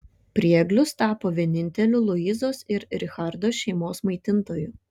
prieglius tapo vieninteliu luizos ir richardo šeimos maitintoju